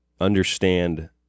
understand